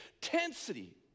tensity